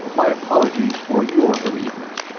my apologies for your bereavement.